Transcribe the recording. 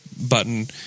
button